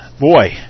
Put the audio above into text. boy